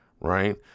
right